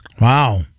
Wow